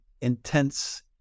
intense